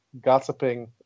gossiping